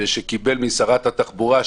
שקיבל משרת התחבורה,